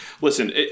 listen